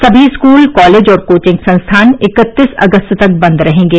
सभी school college और coaching संस्थान इकत्तीस अगस्त तक बंद रहेंगे